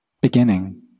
beginning